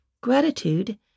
Gratitude